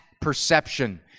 perception